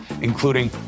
including